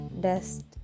Dust